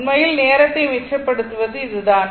உண்மையில் நேரத்தை மிச்சப்படுத்துவது இதுதான்